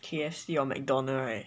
K_F_C or mcdonald right